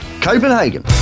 Copenhagen